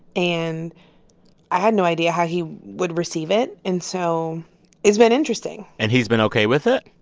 and i had no idea how he would receive it. and so it's been interesting and he's been ok with it?